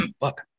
look